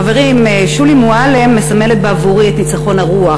חברים, שולי מועלם מסמלת בעבורי את ניצחון הרוח,